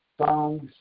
songs